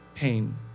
pain